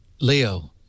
Leo